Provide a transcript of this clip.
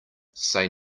say